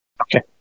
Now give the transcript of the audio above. Okay